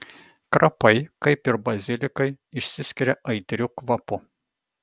krapai kaip ir bazilikai išsiskiria aitriu kvapu